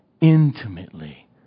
intimately